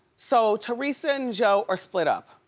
so teresa and joe are split up.